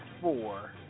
four